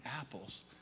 apples